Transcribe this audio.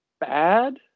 bad